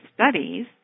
studies